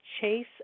Chase